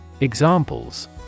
Examples